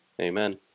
Amen